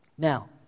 Now